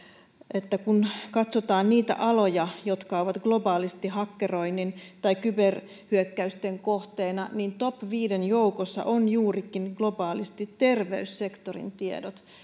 että kun katsotaan niitä aloja jotka ovat globaalisti hakkeroinnin tai kyberhyökkäysten kohteena niin top viiden joukossa ovat globaalisti juurikin terveyssektorin tiedot